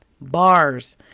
bars